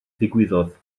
ddigwyddodd